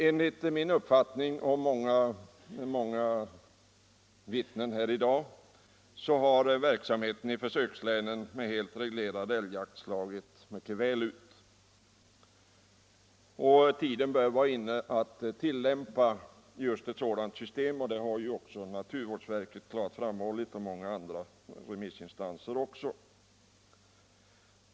Enligt min och många andras uppfattning här i dag har verksamheten i försökslänen med helt reglerad älgjakt slagit mycket väl ut. Tiden bör vara inne att tillämpa ett sådant system, vilket också naturvårdsverket och många andra remissinstanser klart har framhållit.